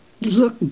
look